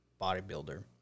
bodybuilder